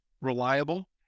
reliable